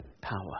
power